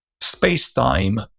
space-time